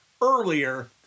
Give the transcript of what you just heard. earlier